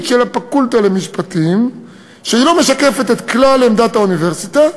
של הפקולטה למשפטים שלא משקפת את כלל עמדת האוניברסיטה.